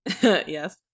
Yes